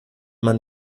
man